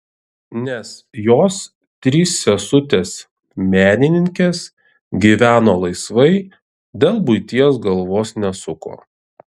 nes jos trys sesutės menininkės gyveno laisvai dėl buities galvos nesuko